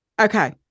Okay